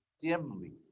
dimly